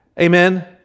Amen